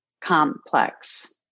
complex